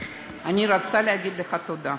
אני רוצה להגיד לך תודה.